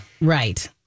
Right